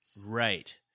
Right